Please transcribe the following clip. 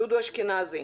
דודו אשכנזי.